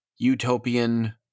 utopian